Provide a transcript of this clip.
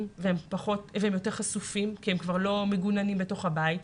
והם יותר חשופים כי הם לא כבר מגוננים בתוך הבית,